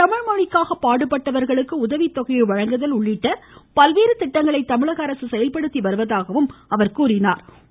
தமிழ்மொழிக்காக பாடுபட்டவர்களுக்கு உதவித்தொகையை வழங்குதல் உள்ளிட்ட பல்வேறு திட்டங்களை தமிழக அரசு செயல்படுத்தி வருவதாகவும் அவா் தெரிவித்தாா்